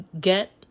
get